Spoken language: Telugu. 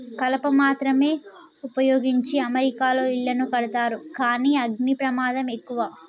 కలప మాత్రమే వుపయోగించి అమెరికాలో ఇళ్లను కడతారు కానీ అగ్ని ప్రమాదం ఎక్కువ